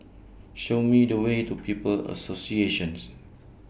Show Me The Way to People's Associations